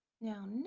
now